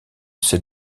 c’est